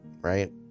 right